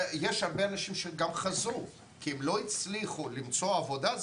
יש הרבה אנשים שחזרו כי לא הצליחו למצוא עבודה,